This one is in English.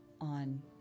on